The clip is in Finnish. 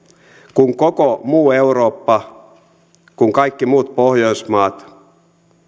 kun koko muu eurooppa kun kaikki muut pohjoismaat